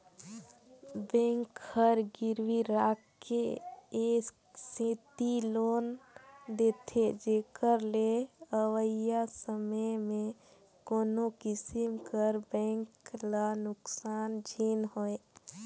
bank हर गिरवी राखके ए सेती लोन देथे जेकर ले अवइया समे में कोनो किसिम कर बेंक ल नोसकान झिन होए